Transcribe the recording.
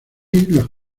los